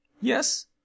Yes